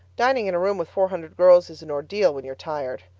dining in a room with four hundred girls is an ordeal when you are tired.